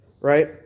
right